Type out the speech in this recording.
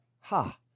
ha